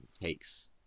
takes